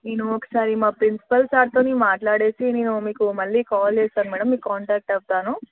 నేను ఒకసారి మా ప్రిన్సిపల్ సార్తో మాట్లాడి నేను మీకు మళ్ళీ కాల్ చేస్తాను మ్యాడమ్ మీకు కాంటాక్ట్ అవుతాను